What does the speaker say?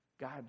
God